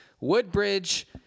Woodbridge